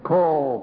Call